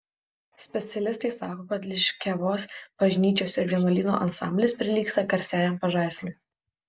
specialistai sako kad liškiavos bažnyčios ir vienuolyno ansamblis prilygsta garsiajam pažaisliui